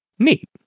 neat